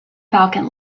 falcon